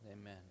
Amen